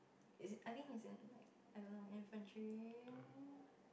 is it I think he's in like I don't know infantry